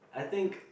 I think